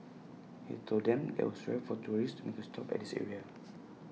he told them that IT was rare for tourists to make A stop at this area